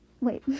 wait